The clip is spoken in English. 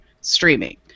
streaming